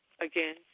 again